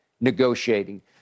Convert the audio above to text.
negotiating